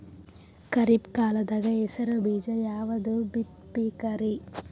ಖರೀಪ್ ಕಾಲದಾಗ ಹೆಸರು ಬೀಜ ಯಾವದು ಬಿತ್ ಬೇಕರಿ?